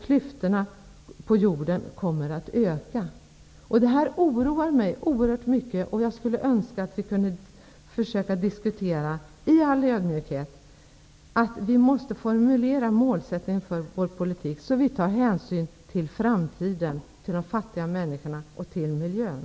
Klyftorna på jorden kommer att öka. Detta oroar mig oerhört mycket. Jag skulle önska att vi kunde ha en diskussion i all ödmjukhet. Vi måste formulera målen för vår politik så att vi tar hänsyn till framtiden, till de fattiga människorna och till miljön.